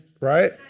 Right